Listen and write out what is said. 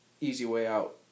easy-way-out